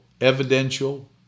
evidential